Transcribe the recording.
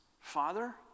Father